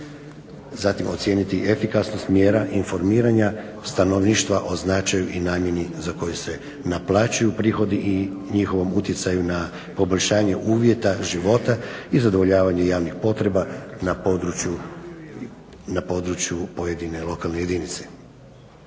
Zatim ocijeniti efikasnost mjera informiranja stanovništva o značaju i namjeni za koju se naplaćuju prihodi i njihovom utjecaju na poboljšanje uvjeta života i zadovoljavanje javnih potreba na području pojedine lokalne jedinice.